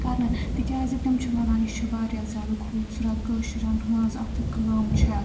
کَرنہٕ تِکیٛازِ تِم چھِ وَنان یہِ چھِ وارِیاہ زیادٕ خوٗبصوٗرت کٲشریٚن ہنٛز اَتھہٕ کٲم چھِ